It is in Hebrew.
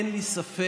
אין לי ספק